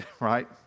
right